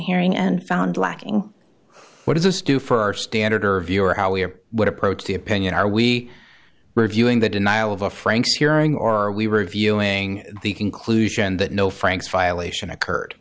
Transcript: hearing and found lacking what does this do for our standard or view or how we're would approach the opinion are we reviewing the denial of a franks hearing or we were reviewing the conclusion that no franks violation occurred